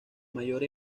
mayor